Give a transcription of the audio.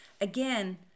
again